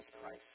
Christ